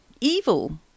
Evil